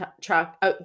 truck